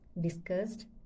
discussed